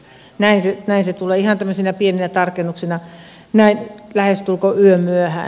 näin se on ihan tämmöisinä pieninä tarkennuksina näin lähestulkoon yömyöhään